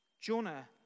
Jonah